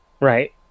Right